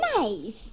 nice